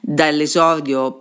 dall'esordio